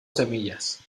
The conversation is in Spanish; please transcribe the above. semillas